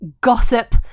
gossip